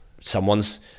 someone's